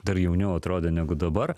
dar jauniau atrodė negu dabar